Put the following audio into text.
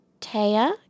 Taya